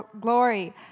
glory